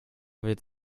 wird